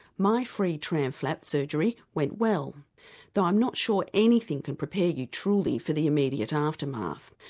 my free tram flap surgery went well though i'm not sure anything can prepare you truly for the immediate aftermath.